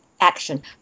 action